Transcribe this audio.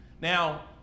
Now